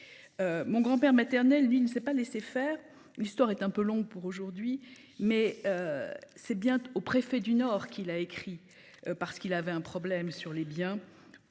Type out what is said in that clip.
Mon grand-père maternel dit ne s'est pas laissé faire. L'histoire est un peu long pour aujourd'hui mais. C'est bien au préfet du Nord qui l'a écrit parce qu'il avait un problème sur les biens.